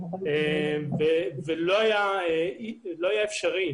זה לא היה אפשרי.